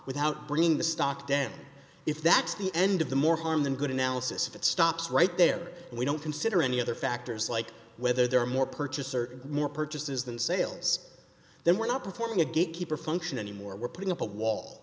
without bringing the stock down if that's the end of the more harm than good analysis if it stops right there and we don't consider any other factors like whether there are more purchase or more purchases than sales then we're not performing a gatekeeper function anymore we're putting up a wall